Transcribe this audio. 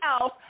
else